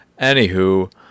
anywho